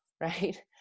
right